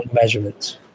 measurements